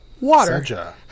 water